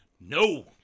No